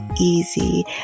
easy